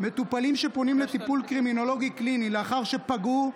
מטופלים שפונים לטיפול קרימינולוג קליני לאחר שפגעו,